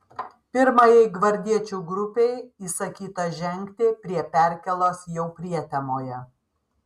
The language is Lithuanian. pirmajai gvardiečių grupei įsakyta žengti prie perkėlos jau prietemoje